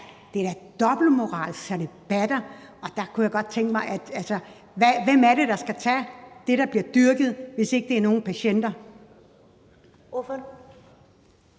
det er da dobbeltmoralsk, så det batter. Der kunne jeg godt tænke mig at høre: Hvem er det, der skal tage det, der bliver dyrket, hvis ikke det er nogle patienter?